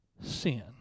sin